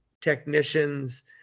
technicians